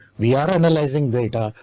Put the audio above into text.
we are analyzing data,